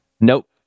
nope